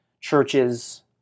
churches